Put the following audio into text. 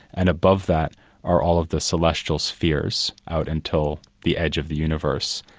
and above that are all of the celestial spheres, out until the edge of the universe,